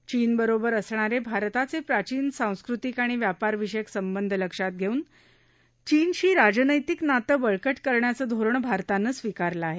चीन बरोबर असणारे भारताचे प्राचीन सांस्कृतिक आणि व्यापार विषयक संबंध लक्षात घेऊन चीनशी राजनत्तिक नाते बळकट करण्याचे धोरण भारताने स्विकारले आहे